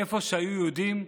איפה שהיו יהודים,